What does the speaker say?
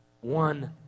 One